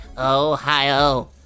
Ohio